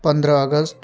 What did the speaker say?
पन्ध्र अगस्त